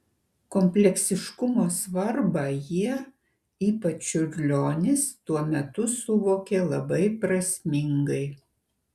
kompleksiškumo svarbą jie ypač čiurlionis tuo metu suvokė labai prasmingai